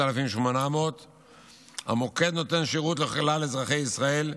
6800*. המוקד נותן שירות לכלל אזרחי ישראל.